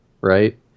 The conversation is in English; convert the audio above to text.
right